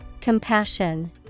Compassion